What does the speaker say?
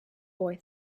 boy